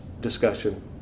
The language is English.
discussion